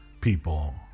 people